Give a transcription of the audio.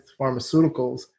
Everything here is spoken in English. pharmaceuticals